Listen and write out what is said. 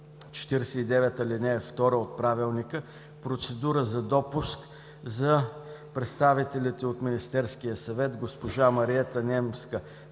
49, ал. 2 от Правилника процедура за допуск за представителите от Министерския съвет госпожа Мариета Немска